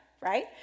right